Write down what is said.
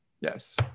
Yes